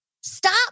Stop